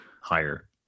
higher